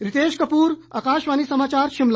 रितेश कपूर आकाशवाणी समाचार शिमला